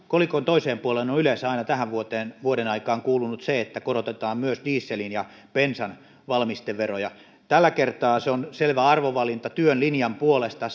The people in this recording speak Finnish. kolikon toiseen puoleen on yleensä aina tähän vuodenaikaan kuulunut se että korotetaan myös dieselin ja bensan valmisteveroja tällä kertaa se on selvä arvovalinta työn linjan puolesta